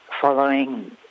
following